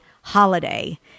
holiday